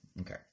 Okay